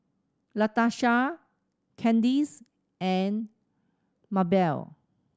Latarsha Candis and Mabell